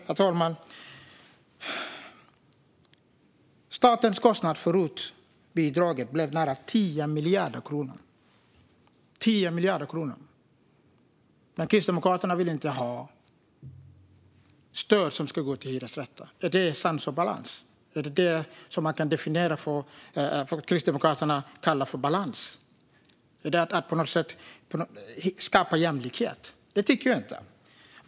Herr talman! Statens kostnad för rotbidraget blev nära 10 miljarder kronor - 10 miljarder kronor! Men Kristdemokraterna vill inte ha stöd som ska gå till hyresrätter. Är det sans och balans? Är det så man ska definiera det som Kristdemokraterna kallar balans? Är det ett sätt att skapa jämlikhet? Det tycker jag inte.